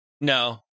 No